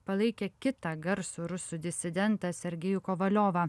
palaikė kitą garsų rusų disidentą sergejų kovaliovą